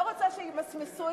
לא רוצה שימסמסו את ההחלטה.